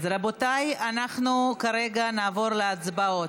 רבותיי, אנחנו כרגע נעבור להצבעות,